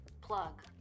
Plug